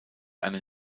einen